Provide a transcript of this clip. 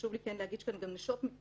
חשוב לי כן להגיד, יש כאן גם נשות מקצוע